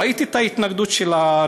ראיתי את ההתנגדות של הרווחה.